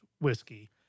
whiskey